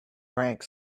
drank